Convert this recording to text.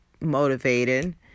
motivated